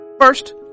First